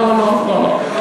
לא, לא.